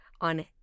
on